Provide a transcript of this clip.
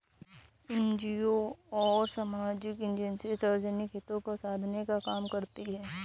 NGO और सामाजिक agency सार्वजनिक हितों को साधने का काम करती हैं